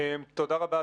תודה רבה,